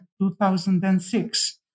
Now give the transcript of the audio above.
2006